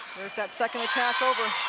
there's that second attack over.